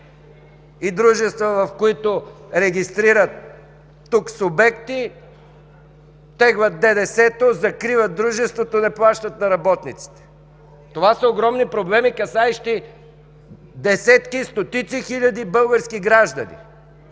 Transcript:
в дружества, които регистрират тук субекти – теглят ДДС-то, закриват дружеството и не плащат на работниците! Това са огромни проблеми, касаещи десетки, стотици хиляди български граждани!